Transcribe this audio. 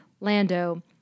Lando